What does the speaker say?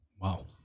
wow